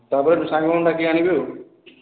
ତା ପରେ ସାଙ୍ଗମାନଙ୍କୁ ଡାକିକି ଆଣିବି ଆଉ